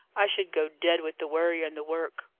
i should go dead with the worry and the work.